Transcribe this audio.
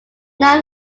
now